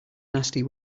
nasty